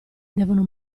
devono